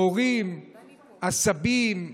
ההורים, הסבים,